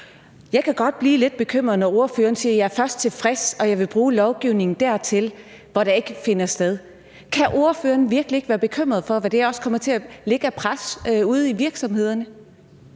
Jeg kan godt blive lidt bekymret, når ordføreren siger: Jeg er først tilfreds, og det vil jeg bruge lovgivningen til, når det ikke længere finder sted. Kan ordføreren ikke være bekymret for, hvad det også kommer til at lægge af pres ude i virksomhederne?